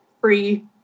free